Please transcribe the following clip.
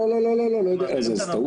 לא, זו טעות.